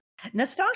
Nastasha